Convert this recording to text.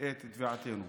את תביעתנו.